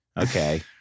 okay